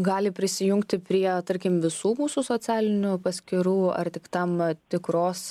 gali prisijungti prie tarkim visų mūsų socialinių paskyrų ar tik tam tikros